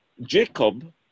Jacob